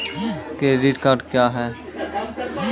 Credit card क्या हैं?